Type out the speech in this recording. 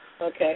Okay